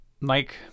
Mike